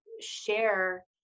share